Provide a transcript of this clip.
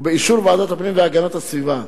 ובאישור ועדת הפנים והגנת הסביבה.